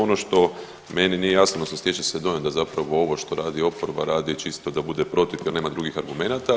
Ono što meni nije jasno, odnosno stječe se dojam da zapravo ovo što radi oporba radi čisto da bude protiv kad nema drugih argumenata.